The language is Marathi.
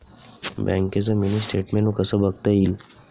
बँकेचं मिनी स्टेटमेन्ट कसं बघता येईल?